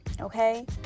okay